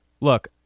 look